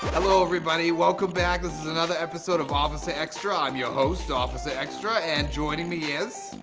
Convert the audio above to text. hello everybody, welcome back this is another episode of officer extra, i'm your host, officer extra. and joining me is,